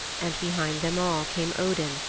and behind them all came odin,